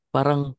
parang